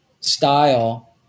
style